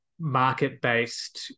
market-based